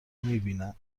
میبینید